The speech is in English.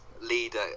leader